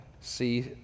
see